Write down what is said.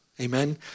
amen